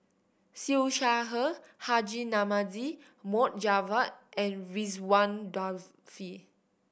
Siew Shaw Her Haji Namazie Mohd Javad and Ridzwan Dzafir